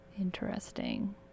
Interesting